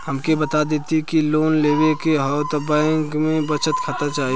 हमके बता देती की लोन लेवे के हव त बैंक में बचत खाता चाही?